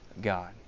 God